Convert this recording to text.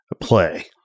play